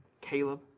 Caleb